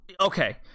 Okay